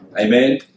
amen